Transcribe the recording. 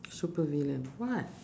super villain what